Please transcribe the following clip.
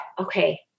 okay